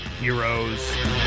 heroes